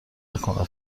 نکنه